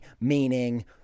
meaning